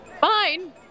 Fine